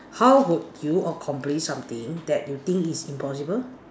how would you accomplish something that you think is impossible